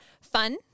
Fun